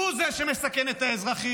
הוא זה שמסכן את האזרחים,